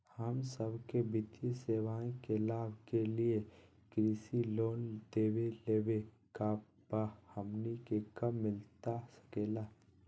हम सबके वित्तीय सेवाएं के लाभ के लिए कृषि लोन देवे लेवे का बा, हमनी के कब मिलता सके ला?